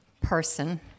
person